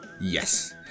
Yes